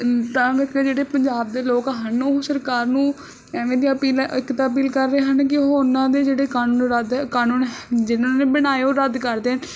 ਤਾਂ ਕਰਕੇ ਜਿਹੜੇ ਪੰਜਾਬ ਦੇ ਲੋਕ ਹਨ ਉਹ ਸਰਕਾਰ ਨੂੰ ਐਵੇਂ ਦੀਆਂ ਅਪੀਲ ਇੱਕ ਤਾਂ ਅਪੀਲ ਕਰ ਰਹੇ ਹਨ ਕਿ ਉਹ ਉਹਨਾਂ ਦੇ ਜਿਹੜੇ ਕਾਨੂੰਨ ਰੱਦ ਹੈ ਕਾਨੂੰਨ ਜਿਹਨਾਂ ਨੇ ਬਣਾਏ ਉਹ ਰੱਦ ਕਰ ਦੇਣ